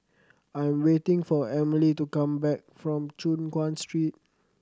I am waiting for Emely to come back from Choon Guan Street